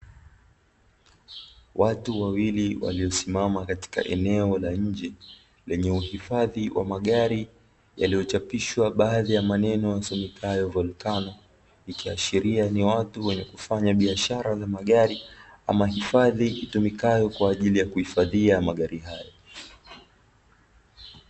Watu wawili waliosimama katika eneo la nje lenyeuhifadhi magari yaliyochapishwa baadhi ya maneno yasomekayo "volkano" ikiashiria ni watu wenye kufanya biashara ya magari ama hifadhi itumikayo kwa ajili ya kuhifadhia magari hayo.